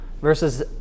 versus